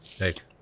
Right